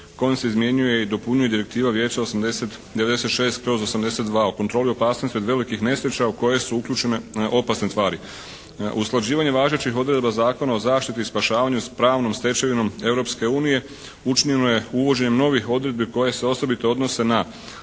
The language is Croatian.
kojom se izmjenjuje i dopunjuje direktiva Vijeća 96/82 o kontroli opasnosti od velikih nesreća u koje su uključene opasne tvari. Usklađivanje važećih odredaba Zakona o zaštiti i spašavanju s pravnom stečevinom Europske unije učinjeno je uvođenjem novih odredbi koje se osobito odnose na